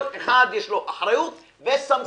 כל אחד יש לו אחריות וסמכות.